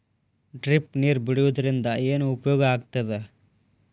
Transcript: Drip ನೇರ್ ಬಿಡುವುದರಿಂದ ಏನು ಉಪಯೋಗ ಆಗ್ತದ?